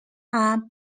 are